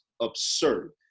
absurd